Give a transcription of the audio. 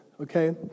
okay